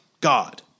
God